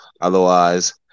otherwise